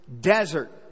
desert